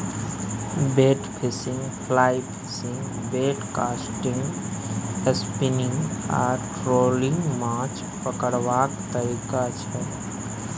bait fishing, fly fishing, bait casting, spinning आ trolling माछ पकरबाक तरीका छै